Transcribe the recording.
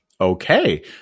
Okay